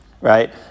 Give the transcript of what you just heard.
right